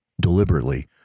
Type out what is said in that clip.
deliberately